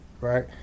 right